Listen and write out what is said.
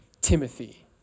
Timothy